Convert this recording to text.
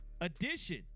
edition